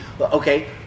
Okay